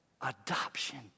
adoption